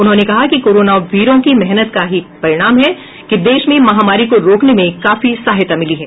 उन्होने कहा कि कोरोना वीरों की मेहनत का ही परिणाम है कि देश में महामारी को रोकने में काफी सफलता मिली है